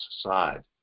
side